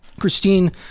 Christine